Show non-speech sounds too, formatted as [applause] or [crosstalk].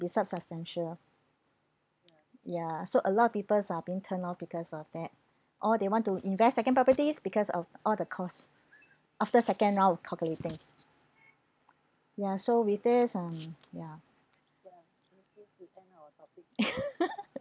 be sub~ substantial oh ya so a lot of people are being turned off because of that [breath] or they want to invest second properties because of all the cost [breath] after second round of calculating ya so with there some [noise] ya [laughs]